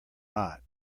not